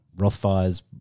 Rothfire's